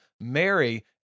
Mary